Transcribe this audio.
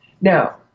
Now